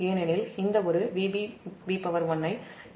ஏனெனில் இந்த ஒரு இவை இரண்டும் 39 சமன்பாட்டிலிருந்து Vbb1 '0' ஆகும்